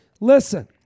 listen